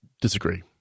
disagree